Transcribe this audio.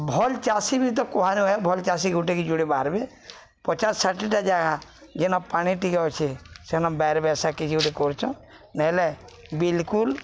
ଭଲ୍ ଚାଷୀ ବି ତ କୁହା ନୁହେଁ ଭଲ୍ ଚାଷୀ ଗୋଟେ କି ଯୋଟେ ବାହରବେ ପଚାଶ ଷାଠିଏଟା ଜାଗା ଯେନ ପାଣି ଟିକେ ଅଛେ ସେନ ବାର ବସା କିଛି ଗୋଟେ କରୁଚନ୍ ନହେଲେ ବିଲ୍କୁଲ୍